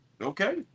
Okay